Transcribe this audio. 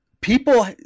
people